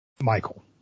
Michael